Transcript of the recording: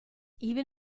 even